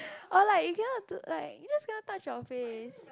or like you cannot do~ like you just cannot touch your face